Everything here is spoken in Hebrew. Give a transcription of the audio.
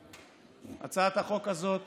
הצעת החוק הזאת